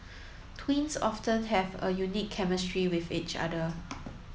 twins often have a unique chemistry with each other